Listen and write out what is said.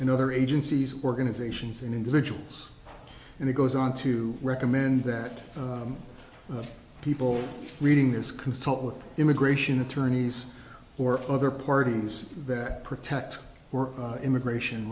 and other agencies organizations and individuals and it goes on to recommend that people reading this consult with immigration attorneys or other parties that protect immigration